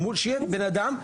שיהיה בן אדם,